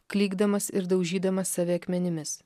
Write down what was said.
klykdamas ir daužydamas save akmenimis